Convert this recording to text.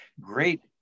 great